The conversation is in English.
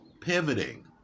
pivoting